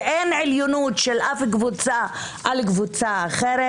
ואין עליונות של אף קבוצה על קבוצה אחרת,